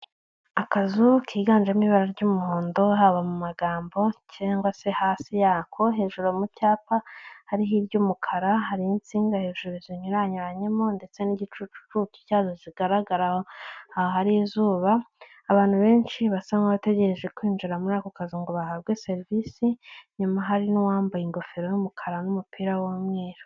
Akazu kiganjemo ibara ry'umuhondo, haba mu magambo cyangwa se hasi yako hejuru mu cyapa hari ibara ry'umukara. Hariho insinga hejuru zinyuranyemo, ndetse n'igicucu cyazo kigaragara aha izuba. Abantu benshi basa nk'abategereje kwinjira muri ako kazizu ngo bahabwe serivisi. Nyuma hari n'uwambaye ingofero y'umukara n'umupira w'umweru.